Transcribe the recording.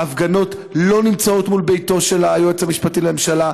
ההפגנות לא נמצאות מול ביתו של היועץ המשפטי לממשלה,